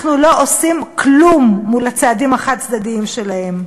אנחנו לא עושים כלום מול הצעדים החד-צדדיים שלהם.